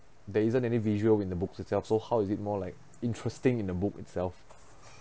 there isn't any visual in the book's itself so how is it more like interesting in the book itself